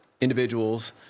individuals